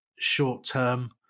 short-term